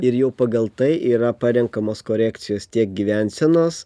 ir jau pagal tai yra parenkamos korekcijos tiek gyvensenos